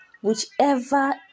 whichever